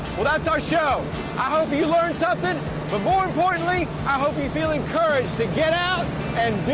well that's our show i hope you learn something but more importantly i hope you feel encouraged to get out and